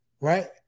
right